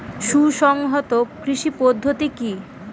সুসংহত কৃষি পদ্ধতি কি?